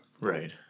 Right